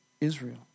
Israel